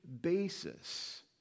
basis